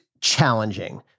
challenging